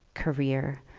career!